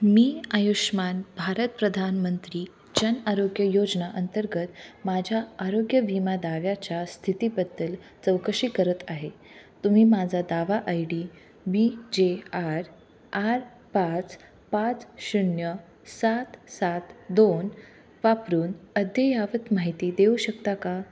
मी आयुष्मान भारत प्रधानमंत्री जन आरोग्य योजना अंतर्गत माझ्या आरोग्य विमा दाव्याच्या स्थितीबद्दल चौकशी करत आहे तुम्ही माझा दावा I D B J R R पाच पाच शून्य सात सात दोन वापरून अद्ययावत माहिती देऊ शकता का